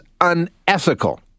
Unethical